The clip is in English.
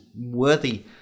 worthy